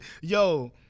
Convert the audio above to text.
Yo